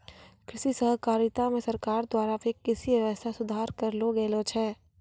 कृषि सहकारिता मे सरकार द्वारा भी कृषि वेवस्था सुधार करलो गेलो छै